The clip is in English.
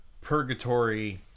purgatory